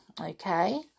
okay